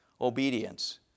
obedience